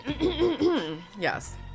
Yes